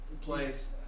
place